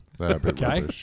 Okay